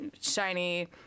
shiny